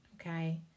okay